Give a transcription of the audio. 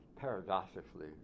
paradoxically